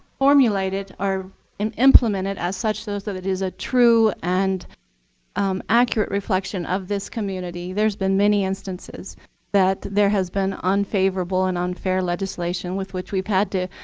formulate it and um implement it as such so that it is a true and um accurate reflection of this community. there's been many instances that there has been unfavorable and unfair legislation with which we've had to